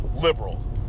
liberal